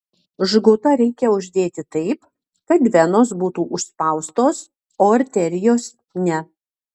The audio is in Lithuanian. žgutą reikia uždėti taip kad venos būtų užspaustos o arterijos ne